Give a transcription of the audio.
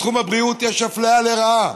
בתחום הבריאות יש אפליה לרעה.